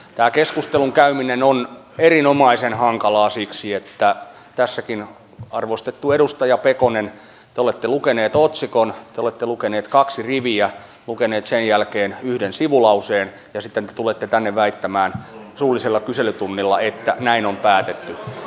tämä keskustelun käyminen on erinomaisen hankalaa siksi että tässäkin arvostettu edustaja pekonen te olette lukenut otsikon te olette lukenut kaksi riviä lukenut sen jälkeen yhden sivulauseen ja sitten te tulette tänne väittämään suullisella kyselytunnilla että näin on päätetty